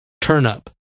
Turnup